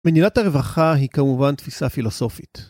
מדינת הרווחה היא כמובן תפיסה פילוסופית.